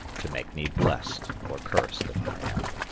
to make me blest or cursed'st among men!